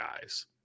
guys